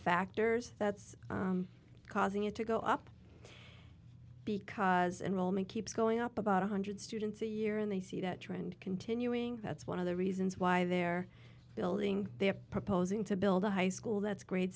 factors that's causing it to go up because and will make keeps going up about one hundred students a year and they see that trend continuing that's one of the reasons why they're billing they are proposing to build a high school that's grade